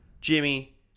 Jimmy